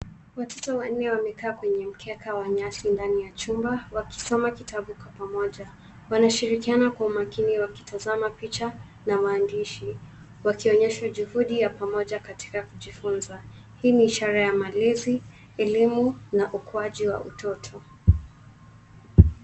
Watoto wanne wamekaa kwenye mkeka wa nyasi ndani ya chumba wakosoma kitabu pamoja. Wanashirikiana kwa umakini wakisoma picha na maandishi wakionyesha juhudi ya pamoja Katika kujifunza. Hii ni ishara ya malezi, elimu na ukuaji wa utoto.